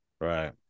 Right